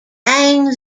bang